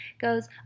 goes